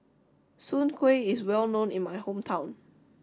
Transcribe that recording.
Soon Kueh is well known in my hometown